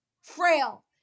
frail